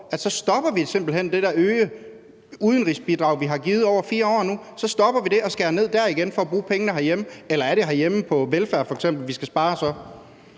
hen stopper det der øgede udenrigsbidrag, vi nu har givet over 4 år, og skærer ned der igen, for at bruge pengene herhjemme? Eller er det f.eks. på velfærden herhjemme, vi så skal spare?